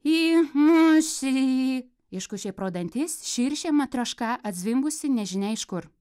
į mūšį iškošė pro dantis širšė matrioška atzvimbusi nežinia iš kur